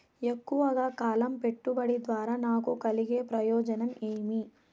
ఎక్కువగా కాలం పెట్టుబడి ద్వారా నాకు కలిగే ప్రయోజనం ఏమి?